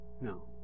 No